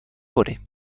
vody